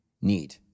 need